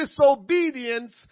disobedience